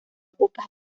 pocas